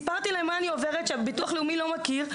סיפרתי להם מה אני עוברת ושהביטוח הלאומי לא מכיר.